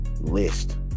list